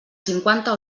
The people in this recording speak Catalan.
cinquanta